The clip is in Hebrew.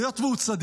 היות שהוא צדיק,